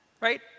right